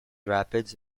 rapids